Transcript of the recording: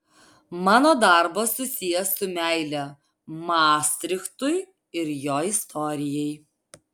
mano darbas susijęs su meile mastrichtui ir jo istorijai